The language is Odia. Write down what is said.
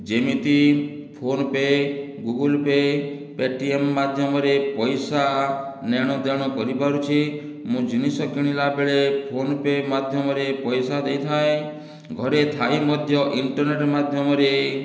ଯେମିତି ଫୋନପେ ଗୁଗୁଲ୍ପେ ପେଟିଏମ ମାଧ୍ୟମରେ ପଇସା ନେଣ ଦେଣ କରିପାରୁଛି ମୁଁ ଜିନିଷ କିଣିଲା ବେଳେ ଫୋନପେ ମାଧ୍ୟମରେ ପଇସା ଦେଇଥାଏ ଘରେ ଥାଇ ମଧ୍ୟ ଇଣ୍ଟର୍ନେଟ ମାଧ୍ୟମରେ